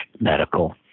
medical